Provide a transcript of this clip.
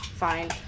fine